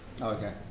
Okay